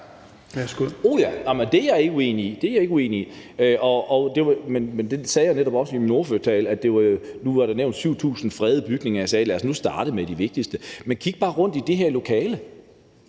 det er jeg ikke uenig i. Jeg sagde netop også i min ordførertale, vedrørende at der var nævnt 7.000 fredede bygninger: Lad os nu starte med de vigtigste. Men kig bare rundt i det her lokale